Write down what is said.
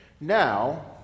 now